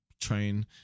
train